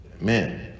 man